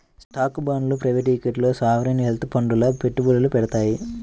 స్టాక్లు, బాండ్లు ప్రైవేట్ ఈక్విటీల్లో సావరీన్ వెల్త్ ఫండ్లు పెట్టుబడులు పెడతాయి